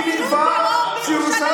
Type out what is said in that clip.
שיש פעילות טרור בירושלים.